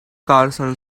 carson